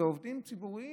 עובדים ציבוריים,